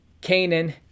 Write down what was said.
canaan